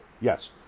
Yes